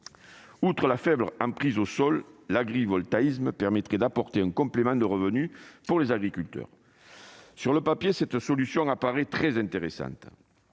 Outre sa faible emprise au sol, l'agrivoltaïsme permettrait d'apporter un complément de revenu aux agriculteurs. Sur le papier, cette solution apparaît très intéressante.